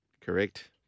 Correct